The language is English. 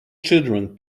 children